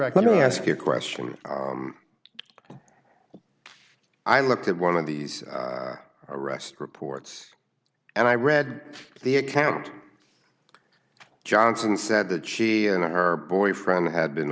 t let me ask you a question i looked at one of these arrest reports and i read the account johnson said that she and her boyfriend had been